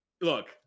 look